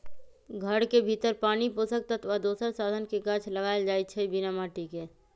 घर के भीतर पानी पोषक तत्व आ दोसर साधन से गाछ लगाएल जाइ छइ बिना माटिके